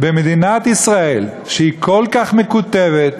במדינת ישראל, שהיא כל כך מקוטבת,